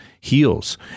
heals